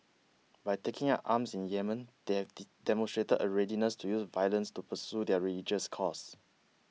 by taking up arms in Yemen they have demonstrated a readiness to use violence to pursue their religious cause